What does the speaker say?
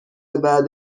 بعد